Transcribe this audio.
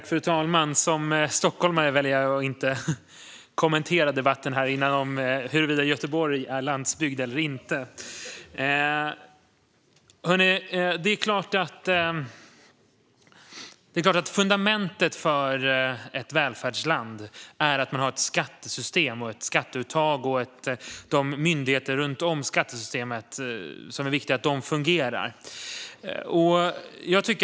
Fru talman! Som stockholmare väljer jag att inte kommentera huruvida Göteborg är landsbygd eller inte. Det är klart att fundamentet för ett välfärdsland är att man har ett skattesystem och ett skatteuttag och att de viktiga myndigheter som finns runt om skattesystemet fungerar.